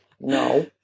no